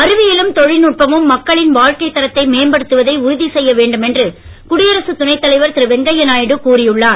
அறிவியலும் தொழில்நுட்பமும் மக்களின் வாழ்க்கை தரத்தை மேம்படுத்துவதை உறுதி செய்ய வேண்டும் என்று குடியரசு துணைத் தலைவர் திரு வெங்கைய நாயுடு கூறி உள்ளார்